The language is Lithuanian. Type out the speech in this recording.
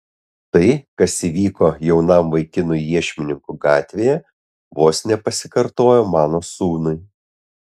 tai kas įvyko jaunam vaikinui iešmininkų gatvėje vos nepasikartojo mano sūnui